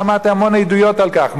ושמעתי המון עדויות על כך.